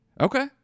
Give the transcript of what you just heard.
Okay